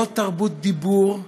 לא תרבות דיבור,